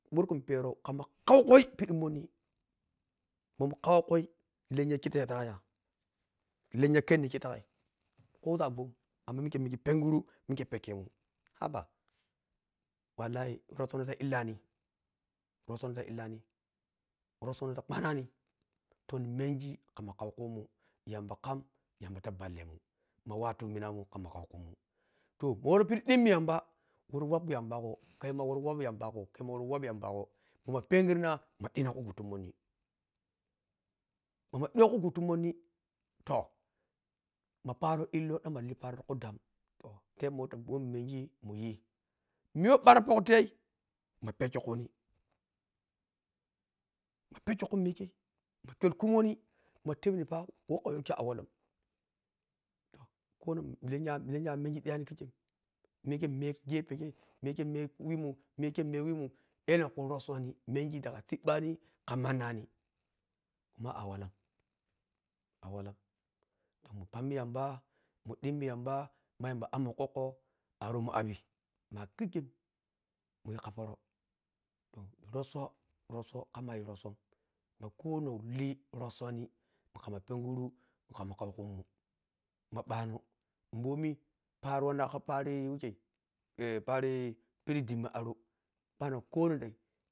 Wurkun pero kamma kaukur piɗi monni mamu kaukvi lenya kei tayi tayai ya lenya khenni kei tagai ya a khuzum aghoo amma mike mengi penguru mike pekkemum haba, wallahi rossono ta kwanani toh nimengi kama kaukumun yamba kam yamba ta ɓallenun yamba kam yamba ta ɓalllemun mawatu minamun kam ma kau khumun toh, ɓo woro pidi ɗinnni yamba woro yap yambago kheima woro wap yambago, kheima woro ɗhina khu guttum monni mamah ɗhiyo ku guttum monni toh, ma paro illou ɗan malu paro tiku dam toh temo who ta who munmengi muyi miya who ɓarpok tiyay ma pekkho kuni, ma pekkbo khu miya kei ma khol kumoni matepni fa who ka yo kei awillan ko non lenya lenya a mengi ɗhiyani kikkei miyo kei meh gepe kei, miya kei meh wimum elenku rossoni mengi ɗaga siɓɓani ka mannani kuma awalam awalan, mun pamimi yamba mu dimmi yamba ma yamba apmun kokko aromun abi ma kikken mudika poro rosso rosso kam mayi rossom makonon liy rossonni kama penguru kamma kaukumun ma ballu mbomi paro wanna ka paro wikkei eh paro pidi ɗimmi aro panam ko non.